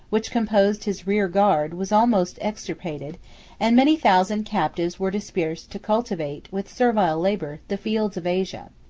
which composed his rear-guard, was almost extirpated and many thousand captives were dispersed to cultivate, with servile labor, the fields of asia.